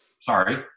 sorry